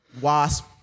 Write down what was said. Wasp